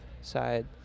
side